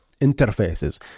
interfaces